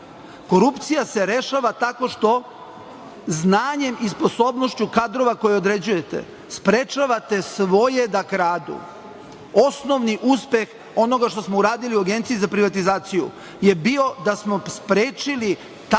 Korupcija se rešava tako što znanjem i sposibnošću kadrova koje određujete sprečavate svoje da kradu. Osnovni uspeh onoga što smo uradili u Agenciji za privatizaciju je bio da smo sprečili tada